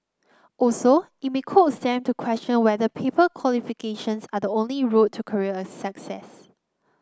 also it may coax them to question whether paper qualifications are the only route to career success